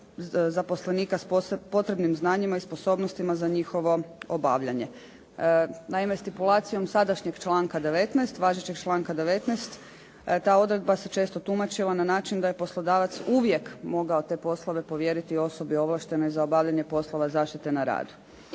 zaposlenika s potrebnim znanjima i sposobnostima za njihovo obavljanje. Naime, stipulacijom sadašnjeg članka 19., važećeg članka 19. ta odredba se često tumačila na način da je poslodavac uvijek mogao te poslove povjeriti osobi ovlaštenoj za obavljanje poslova zaštite na radu.